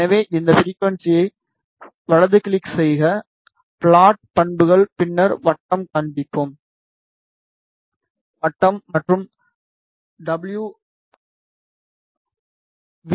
எனவே அந்த ஃபிரிக்குவன்ஸியை வலது கிளிக் செய்க ப்ளாட் பண்புகள் பின்னர் வட்டம் காண்பிக்கும் வட்டம் மற்றும் வி